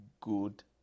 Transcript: good